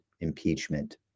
impeachment